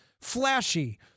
flashy